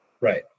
Right